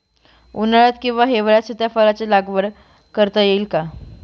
उन्हाळ्यात किंवा हिवाळ्यात सीताफळाच्या लागवड करता येईल का?